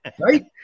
Right